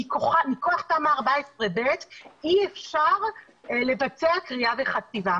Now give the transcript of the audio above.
מכוח תמ"א 14/ב אי אפשר לבצע כרייה וחציבה.